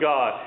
God